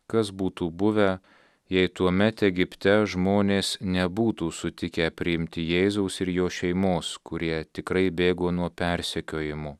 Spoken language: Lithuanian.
kas būtų buvę jei tuomet egipte žmonės nebūtų sutikę priimti jėzaus ir jo šeimos kurie tikrai bėgo nuo persekiojimų